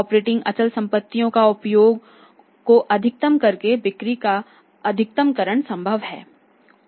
operating अचल संपत्तियों के उपयोग को अधिकतम करके बिक्री का अधिकतमकरण संभव है